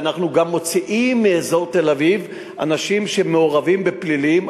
אנחנו גם מוציאים מאזור תל-אביב אנשים שמעורבים בפלילים,